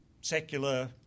secular